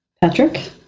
Patrick